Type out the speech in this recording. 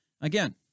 Again